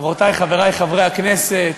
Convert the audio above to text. חברותי וחברי חברי הכנסת,